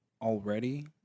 already